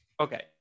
Okay